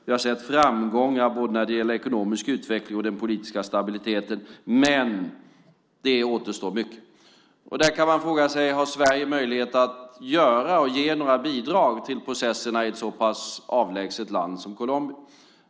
Vi har sett framgångar både när det gäller ekonomisk utveckling och den politiska stabiliteten. Men mycket återstår. Man kan fråga sig om Sverige har möjlighet att göra något och ge några bidrag till processerna i ett så pass avlägset land som Colombia.